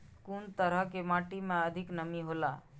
कुन तरह के माटी में अधिक नमी हौला?